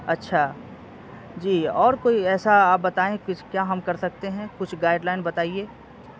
اچھا جی اور کوئی ایسا آپ بتائیں کچھ کیا ہم کر سکتے ہیں کچھ گائڈ لائن بتائیے